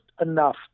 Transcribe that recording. enough